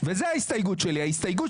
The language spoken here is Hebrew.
וזו ההסתייגות שלי.